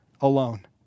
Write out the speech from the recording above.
alone